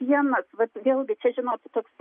vienas vatvėlgi čia žinot toks